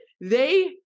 They-